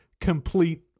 complete